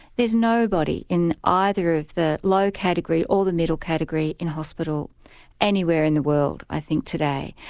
there's nobody in either of the low category or the middle category in hospital anywhere in the world i think today.